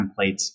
templates